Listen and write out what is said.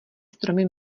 stromy